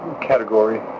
Category